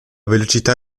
velocità